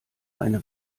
eine